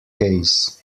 case